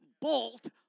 bolt